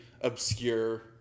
Obscure